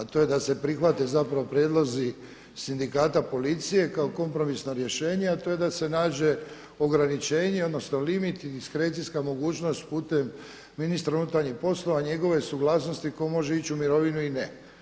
A to je da se prihvate zapravo prijedlozi sindikata policije kao kompromisno rješenje a to je da se nađe ograničenje odnosno limit i diskrecijska mogućnost putem ministra unutarnjih poslova, njegove suglasnosti ko može ići u mirovinu i ne.